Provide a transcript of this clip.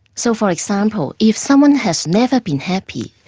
so for example, if someone has never been happy,